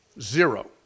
Zero